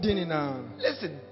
listen